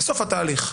בסוף התהליך.